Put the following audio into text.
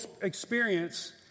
experience